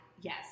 Yes